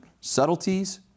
Subtleties